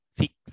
six